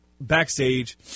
backstage